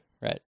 right